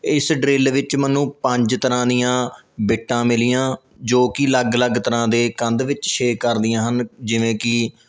ਇਸ ਡਰਿੱਲ ਵਿੱਚ ਮੈਨੂੰ ਪੰਜ ਤਰ੍ਹਾਂ ਦੀਆਂ ਬਿੱਟਾਂ ਮਿਲੀਆਂ ਜੋ ਕਿ ਅਲੱਗ ਅਲੱਗ ਤਰ੍ਹਾਂ ਦੇ ਕੰਧ ਵਿੱਚ ਛੇਕ ਕਰਦੀਆਂ ਹਨ ਜਿਵੇਂ ਕਿ